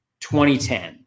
2010